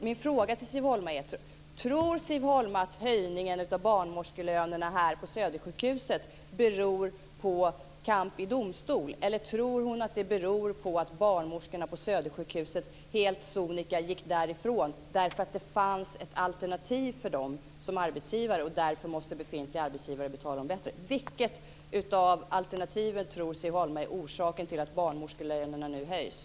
Min fråga till Siv Holma är: Tror Siv Holma att höjningen av barnmorskelönerna på Södersjukhuset beror på kamp i domstol? Eller tror hon att den beror på att barnmorskorna på Södersjukhuset helt sonika gick därifrån därför att det fanns en alternativ arbetsgivare för dem, och därför måste befintlig arbetsgivare betala dem bättre? Vilket av alternativen tror Siv Holma är orsaken till att barnmorskelönerna nu höjs?